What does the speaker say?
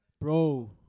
bro